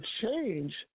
change